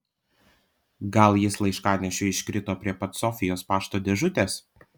gal jis laiškanešiui iškrito prie pat sofijos pašto dėžutės